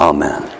Amen